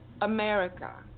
America